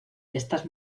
estas